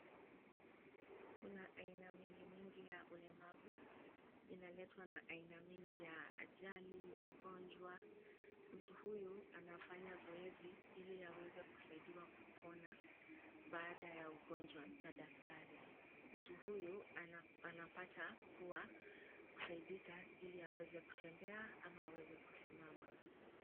Kuna aina mingimingi ya ulemavu, inaletwa na aina mingi ya ajali, ugonjwa. Mtu huyu anafanya zoezi, ili aweze kusaidiwa kupona baada ya ugonjwa na daktari. Mtu huyu anapata kuwa kusaidika, ili aweze kutembea ama aweze kusimama.